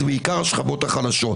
זה בעיקר השכבות החלשות.